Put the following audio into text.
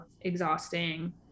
exhausting